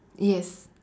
yes